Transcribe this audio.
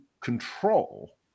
control